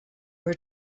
were